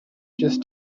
just